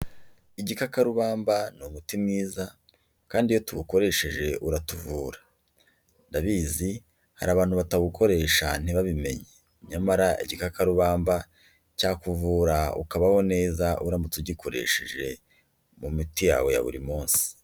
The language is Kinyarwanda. Igikakarubamba ni umuti mwiza kandi iyo tuwukoresheje uratuvura. Ndabizi, hari abantu batawukoresha ntibabimenye. Nyamara igikakarubamba cyakuvura ukabaho neza, uramutse ugikoresheje mu miti yawe ya buri munsi.